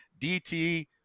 DT